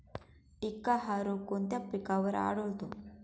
टिक्का हा रोग कोणत्या पिकावर आढळतो?